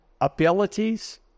abilities